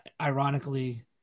Ironically